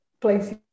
place